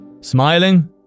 Smiling